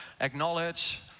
acknowledge